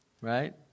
right